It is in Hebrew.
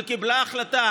וקיבלה החלטה